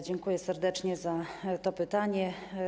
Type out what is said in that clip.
Dziękuję serdecznie za to pytanie.